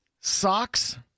Socks